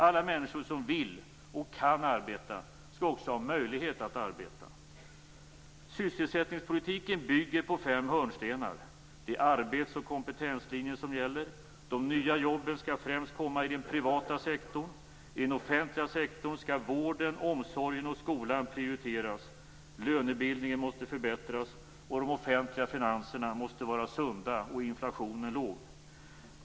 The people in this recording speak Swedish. Alla människor som vill och kan arbeta skall också ha möjlighet att arbeta. Sysselsättningspolitiken bygger på fem hörnstenar. Det är arbets och kompetenslinjen som gäller: De nya jobben skall främst komma i den privata sektorn. I den offentliga sektorn skall vården, omsorgen och skolan prioriteras. Lönebildningen måste förbättras. De offentliga finanserna måste vara sunda och inflationen låg.